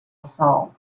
assault